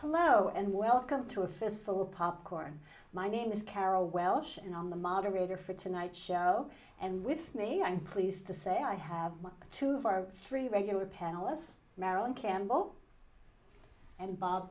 hello and welcome to a fistful of popcorn my name is carol welsh and on the moderator for tonight's show and with me i'm pleased to say i have two of our three regular panelist marilyn campbell and bob